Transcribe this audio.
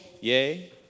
yay